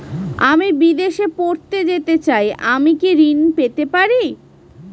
আমি বিদেশে পড়তে যেতে চাই আমি কি ঋণ পেতে পারি?